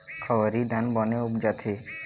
कावेरी धान बने उपजथे?